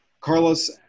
Carlos